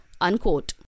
unquote